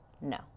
No